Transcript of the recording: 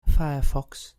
firefox